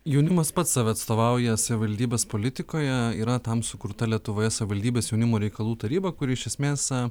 jaunimas pats save atstovauja savivaldybės politikoje yra tam sukurta lietuvoje savivaldybės jaunimo reikalų taryba kuri iš esmės